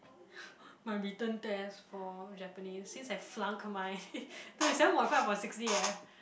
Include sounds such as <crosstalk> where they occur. <breath> my written test for Japanese since I flunk my <laughs> thirty seven point five upon sixty eh